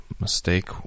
mistake